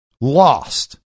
lost